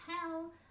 tell